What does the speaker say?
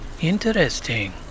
Interesting